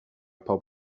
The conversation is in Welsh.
pawb